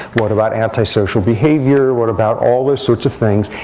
what about antisocial behavior? what about all those sorts of things?